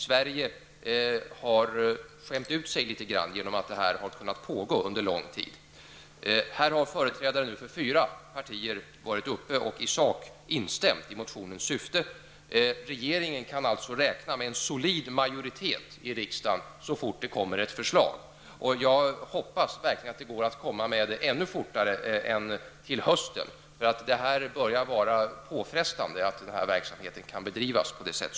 Sverige har skämt ut sig litet grand genom att det här har kunnat pågå under lång tid. Nu har företrädare för fyra partier i sak instämt i motionens syfte. Regeringen kan alltså räkna med en solid majoritet i riksdagen så fort det läggs fram ett förslag. Jag hoppas verkligen att det skall hända något före hösten. Det börjar nämligen bli påfrestande att se den här verksamheten bedrivas på detta sätt.